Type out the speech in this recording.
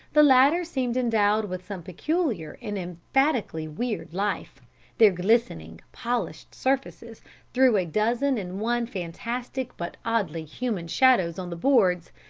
the latter seemed endowed with some peculiar and emphatically weird life their glistening, polished surfaces threw a dozen and one fantastic but oddly human shadows on the boards,